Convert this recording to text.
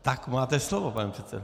Tak máte slovo, pane předsedo.